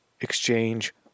exchange